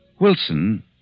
Wilson